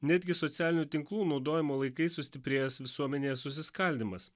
netgi socialinių tinklų naudojimo laikais sustiprėjęs visuomenėje susiskaldymas